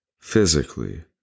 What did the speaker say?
physically